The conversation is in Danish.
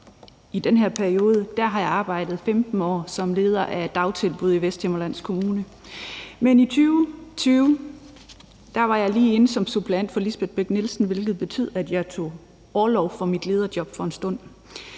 i den her periode, har jeg arbejdet i 15 år som leder af et dagtilbud i Vesthimmerlands Kommune. Men i 2020 var jeg lige inde som suppleant for Lisbeth Bech-Nielsen, hvilket betød, at jeg tog orlov fra mit lederjob for en stund.